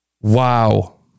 Wow